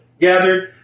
gathered